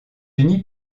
unis